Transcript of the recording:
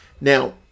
Now